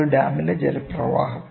ഒരു ഡാമിലെ ജലപ്രവാഹം